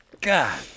God